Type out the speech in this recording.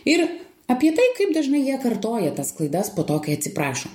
ir apie tai kaip dažnai jie kartoja tas klaidas po to kai atsiprašo